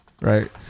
right